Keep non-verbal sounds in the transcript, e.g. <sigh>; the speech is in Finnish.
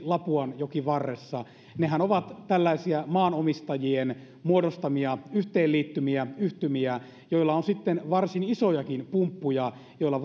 lapuanjokivarressa nehän ovat tällaisia maanomistajien muodostamia yhteenliittymiä yhtymiä joilla on varsin isojakin pumppuja joilla <unintelligible>